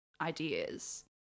ideas